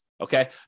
Okay